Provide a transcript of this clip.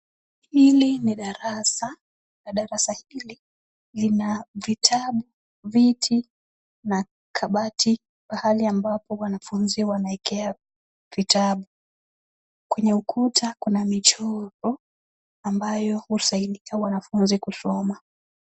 Hili ni darasa na darasa hili lina vitabu, viti, na kabati pahali ambapo wanafunzi wanaekea vitabu. Kwenye ukuta kuna michoro ambayo husaidia wanafunzi kusoma.